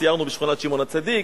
סיירנו בשכונת שמעון-הצדיק,